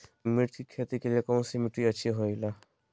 मिर्च की खेती के लिए कौन सी मिट्टी अच्छी होईला?